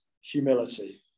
humility